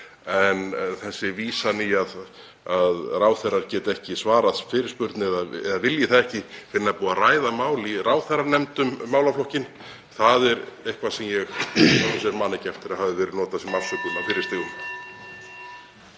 en þessi vísan í að ráðherrar geti ekki svarað fyrirspurn eða vilji það ekki fyrr en búið er að ræða mál í ráðherranefnd um málaflokkinn er eitthvað sem ég man ekki eftir að hafi verið notað sem afsökun á fyrri stigum.